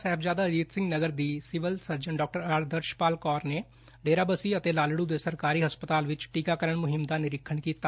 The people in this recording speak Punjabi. ਸਾਹਿਬਜ਼ਾਦਾ ਅਜੀਤ ਸਿੰਘ ਨਗਰ ਦੀ ਸਿਵਲ ਸਰਜਨ ਡਾ ਆਦਰਸ਼ਪਾਲ ਕੌਰ ਨੇ ਡੇਰਾਬਸੀ ਅਤੇ ਲਾਲੜੂ ਦੇ ਸਰਕਾਰੀ ਹਸਪਤਾਲ ਵਿੱਚ ਟੀਕਾਕਰਨ ਮੁਹਿੰਮ ਦਾ ਨਿਰੀਖਣ ਕੀਤਾ